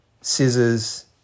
scissors